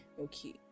Okay